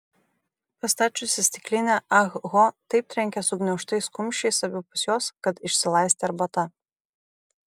pastačiusi stiklinę ah ho taip trenkė sugniaužtais kumščiais abipus jos kad išsilaistė arbata